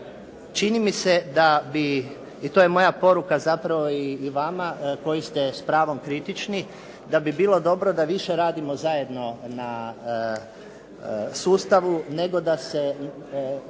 čini mi se da bi i to je moja poruka zapravo i vama koji ste s pravom kritični, da bi bilo dobro da više radimo zajedno na sustavu nego da se